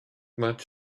much